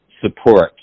support